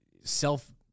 self